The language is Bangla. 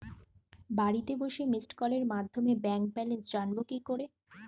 বাড়িতে বসে মিসড্ কলের মাধ্যমে ব্যাংক ব্যালেন্স জানবো কি করে?